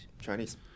Chinese